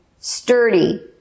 sturdy